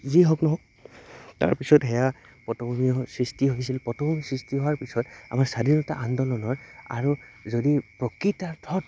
যি হওক নহওক তাৰপিছত সেয়া পটভূমি সৃষ্টি হৈছিল পটভূমিৰ সৃষ্টি হোৱাৰ পিছত আমাৰ স্বাধীনতা আন্দোলনৰ আৰু যদি প্ৰকৃতাৰ্থত